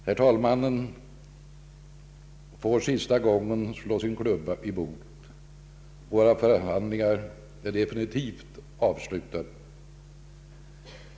Herr talmannen får sista gången slå sin klubba i bordet. Våra förhandlingar är definitivt avslutade.